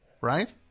right